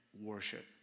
worship